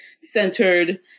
centered